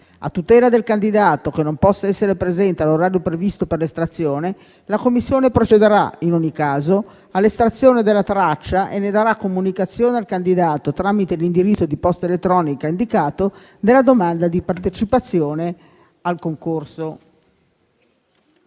A tutela del candidato che non possa essere presente all'orario previsto per l'estrazione, la Commissione procederà in ogni caso all'estrazione della traccia e ne darà comunicazione al candidato tramite l'indirizzo di posta elettronica indicato nella domanda di partecipazione al concorso.